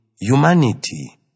humanity